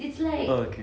oh okay